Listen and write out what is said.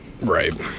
Right